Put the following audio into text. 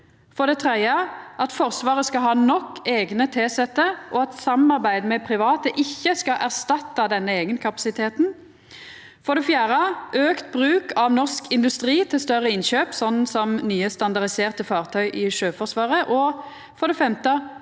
3. at Forsvaret skal ha nok eigne tilsette, og at samarbeid med private ikkje skal erstatta denne eigenkapasiteten 4. auka bruk av norsk industri til større innkjøp, som nye standardiserte fartøy i Sjøforsvaret 5.